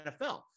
NFL